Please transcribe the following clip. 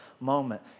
moment